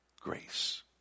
grace